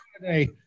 today